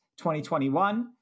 2021